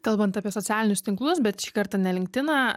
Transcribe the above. kalbant apie socialinius tinklus bet šį kartą ne linktiną